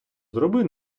зроби